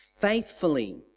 Faithfully